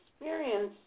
experience